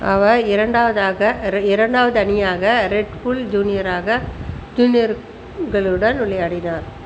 அவர் இரண்டாவதாக இர இரண்டாவது அணியாக ரெட் ஃபுல் ஜூனியராக ஜூனியர்களுடன் விளையாடினார்